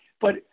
But-